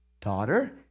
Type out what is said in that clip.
Daughter